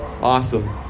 Awesome